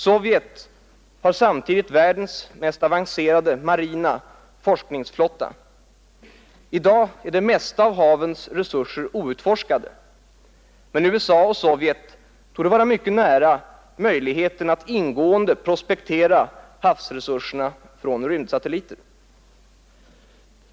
Sovjet har samtidigt världens mest avancerade marina forskningsflotta. I dag är det mesta av havens resurser outforskat. Men USA och Sovjet torde vara mycket nära möjligheten att ingående prospektera havsresurserna från rymdsatelliter.